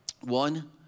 One